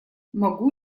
могу